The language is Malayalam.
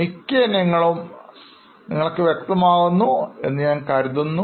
മിക്ക ഇനങ്ങളും നിങ്ങൾക്ക് വ്യക്തമാക്കുന്നു എന്ന് ഞാൻ കരുതുന്നു